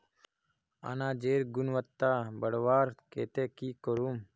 अनाजेर गुणवत्ता बढ़वार केते की करूम?